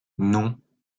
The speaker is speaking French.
non